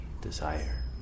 desire